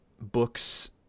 books